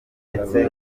ndetse